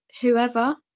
whoever